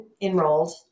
enrolled